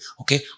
Okay